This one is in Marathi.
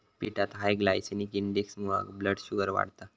पिठात हाय ग्लायसेमिक इंडेक्समुळा ब्लड शुगर वाढता